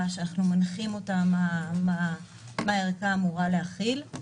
שאנחנו מנחים מה הערכה אמורה להכיל.